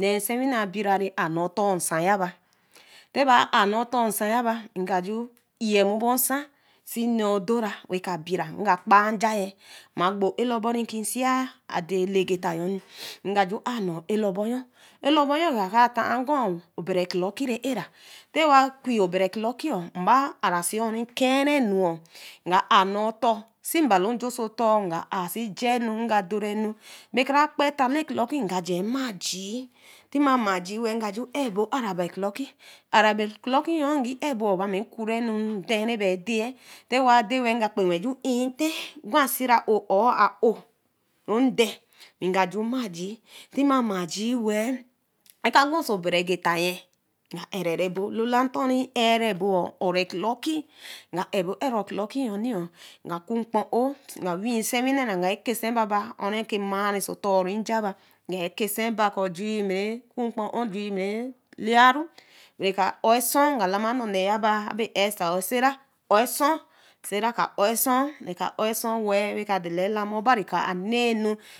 hee saawine abiraa wee ka aah neeto nsa yaba wee kara ar nee otor nsa yaba wee ka iimu bosa nee-odoyna, we ka bire we ga kpaa nja-mma gbo ɛ̄labor ri sii ade le getayo we ka chuū aa n ee ɛ̄labo, oh ɛlabo-yo kaka toa nkwa obere clocki ri-ɛra ta ri kwii obere clocki ba aah so oh reki keanu saa mbalo gii oso otor nga ɛh sii janu we ka dorenu, ɛbe-kara gbe tale clocki aga mme jii nema mma jii nga ju ebo clocki araba clocki yo ri-ke ɛbo ba me kuri nu nde yor ri-deel ri ka dee wel and kpe ne chu intitea gwa sira-a-oh or a-oh ri den wee ga chu ma jii tema jii wel aga gwe so beragetayi nga ebo alolato ri-ebo uro clocki nga ɛbo uro clocki nga wii seewiiaa-ra we ga kasiba oh rika mma oso-tor riyaba kɔ ju me kɔɔ kporoh wel ka leyera we ka ooh-ɛ̄so we ga lama nne nu yoba sababa ɛsther oo sarā wee ka lama obari kɔ̄ anenu